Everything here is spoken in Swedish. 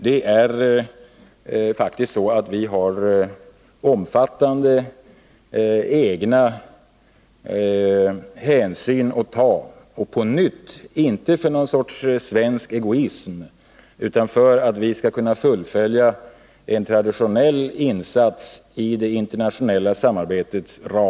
Vi har faktiskt omfattande egna hänsyn att ta, och — jag säger det på nytt — vi hävdar inte dessa på grund av någon sorts svensk egoism: men det är bara genom att ta dessa hänsyn som vi kan fullfölja vår traditionella insats inom det internationella samarbetets ram.